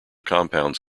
compounds